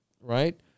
right